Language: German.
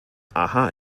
aha